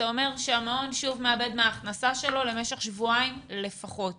זה אומר שהמעון שוב מאבד מההכנסה שלו למשך שבועיים לפחות.